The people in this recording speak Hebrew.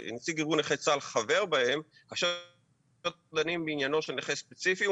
ונציג ארגון נכי צה"ל חבר בהם --- דנים בעניינו של נכה ספציפי,